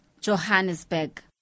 Johannesburg